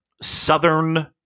Southern